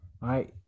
right